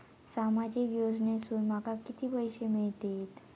सामाजिक योजनेसून माका किती पैशे मिळतीत?